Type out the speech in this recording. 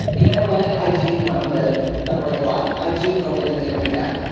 you know what? i do want to live a brave life. i do want to live in the arena.